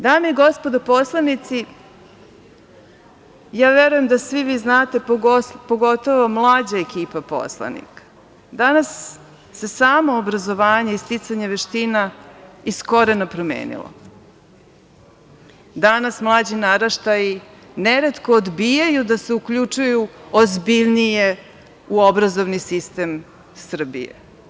Dame i gospodo poslanici, ja verujem da svi vi znate, pogotovo mlađa ekipa poslanika, danas se samo obrazovanje i sticanje veština iz korena promenilo, danas mlađi naraštaji neretko odbijaju da se uključuju ozbiljnije u obrazovni sistem Srbije.